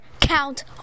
Count